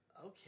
Okay